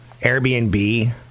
Airbnb